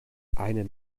einen